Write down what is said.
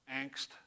angst